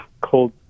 cold